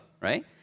right